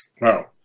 wow